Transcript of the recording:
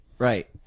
Right